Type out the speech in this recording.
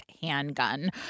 handgun